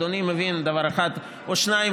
אדוני מבין דבר אחד או שניים,